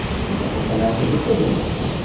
for example, financial decision-making.